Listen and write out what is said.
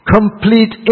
Complete